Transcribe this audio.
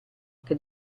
che